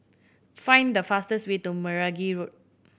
find the fastest way to Meragi Road